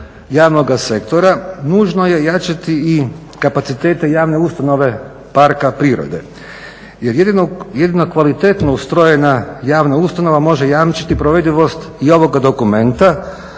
javnoga sektora nužno je jačati i kapacitete javne ustanove parka prirode. Jer jedino kvalitetno ustrojena javna ustanova može jamčiti provedivost i ovoga dokumenta.